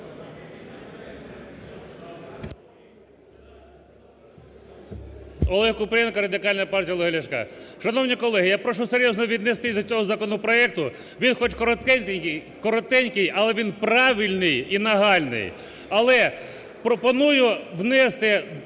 Олег Купрієнко, Радикальна партія Олега Ляшка. Шановні колеги! Я прошу серйозно віднестись до цього законопроекту. Він хоч коротенький, але він правильний і нагальний. Але пропоную внести